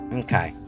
okay